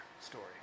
story